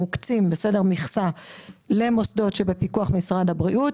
המוקצים למוסדות שבפיקוח משרד הבריאות,